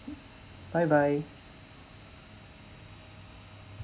bye bye